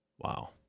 Wow